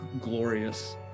glorious